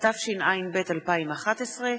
התשע”ב 2011,